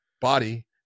body